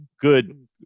good